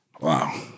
Wow